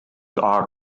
are